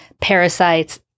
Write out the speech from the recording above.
parasites